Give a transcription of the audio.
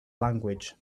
language